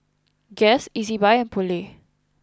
Guess Ezbuy and Poulet